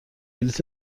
بلیط